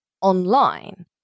online